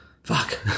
Fuck